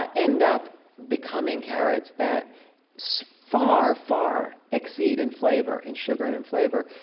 ah end up becoming carrots that so far, far exceed in flavor, in sugar and in flavor,